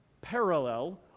parallel